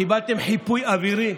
קיבלתם חיפוי אווירי.